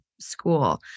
school